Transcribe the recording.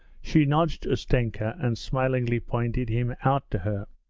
she nudged ustenka and smilingly pointed him out to her.